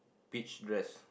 peach dress